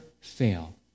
fail